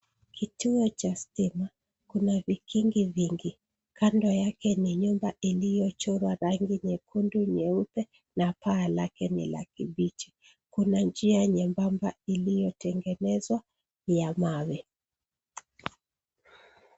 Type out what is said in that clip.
Kituo cha stima kuna vikingi vingi kando yake ni nyumba iliyo chorwa rangi nyekundu ,nyeupe na paa lake ni la kibichi. Kuna njia nyembamba iliyo tengenezwa ya mawe.